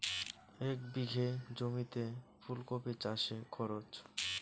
এক বিঘে জমিতে ফুলকপি চাষে খরচ?